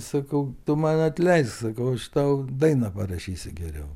sakau tu man atleisk sakau aš tau dainą parašysiu geriau